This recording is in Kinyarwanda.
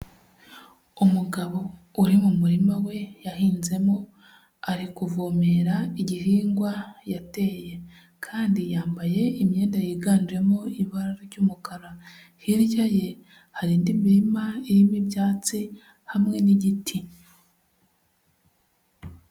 Umugabo uri mu murima we yahinzemo ari kuvomera igihingwa yateye kandi yambaye imyenda yiganjemo ibara ry'umukara hirya ye hari indi mirima irimo ibyatsi hamwe n'igiti.